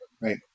Right